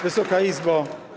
Wysoka Izbo!